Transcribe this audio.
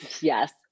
Yes